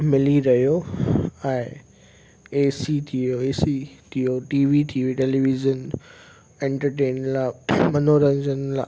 मिली रहियो आहे एसी थी वियो एसी थी वियो टीवी थी वई टेलीविज़न एंटरटेन लाइ मनोरंजन लाइ